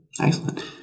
Excellent